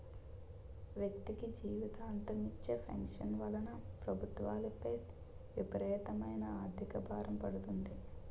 వ్యక్తికి జీవితాంతం ఇచ్చే పెన్షన్ వలన ప్రభుత్వాలపై విపరీతమైన ఆర్థిక భారం పడుతుంది